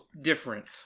different